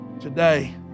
Today